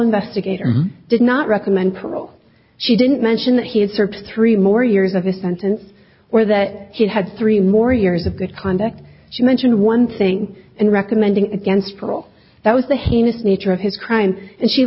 investigator did not recommend parole she didn't mention that he had served three more years of a sentence or that she had three more years of that conduct she mentioned one thing and recommending against parole that was the heinous nature of his crime and she